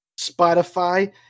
Spotify